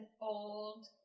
old